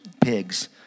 pigs